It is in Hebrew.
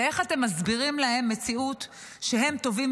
ואיך אתם מסבירים להם מציאות שהם טובים